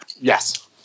Yes